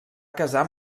casar